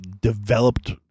developed